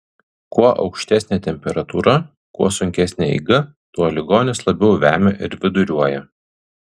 kuo aukštesnė temperatūra kuo sunkesnė eiga tuo ligonis labiau vemia ir viduriuoja